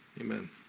Amen